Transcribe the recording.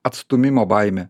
atstūmimo baimė